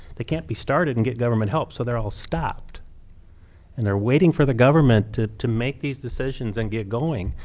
they can't be started and get government help so they're all stopped and they're waiting for government to to make these decisions and get going.